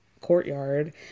courtyard